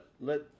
Let